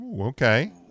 Okay